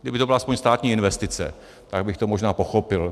Kdyby to byla aspoň státní investice, tak bych to možná pochopil.